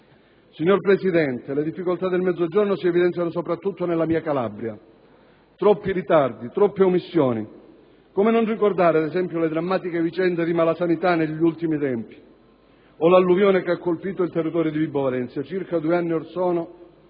Signor Presidente, le difficoltà del Mezzogiorno si evidenziano soprattutto nella mia Calabria: troppi ritardi, troppe omissioni. Come non ricordare, ad esempio, le drammatiche vicende di malasanità degli ultimi tempi o l'alluvione che ha colpito il territorio di Vibo Valentia circa due anni or sono,